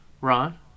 Ron